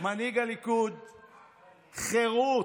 מנהיג הליכוד, חרות,